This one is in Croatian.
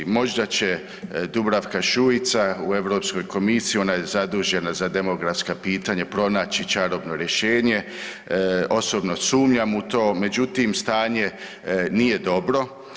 Možda će Dubravka Šuica u Europskoj komisiji, ona je zadužena za demografska pitanja, pronaći čarobno rješenje, osobno sumnjam u to, međutim, stanje nije dobro.